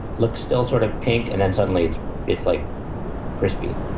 looks still sort of pink. and then suddenly it's like crispy.